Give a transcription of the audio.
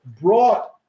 brought